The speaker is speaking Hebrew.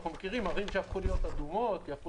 אנחנו מכירים ערים שהפכו להיות אדומות יהפכו